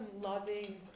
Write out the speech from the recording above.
loving